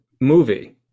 movie